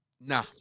Nah